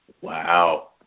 Wow